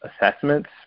assessments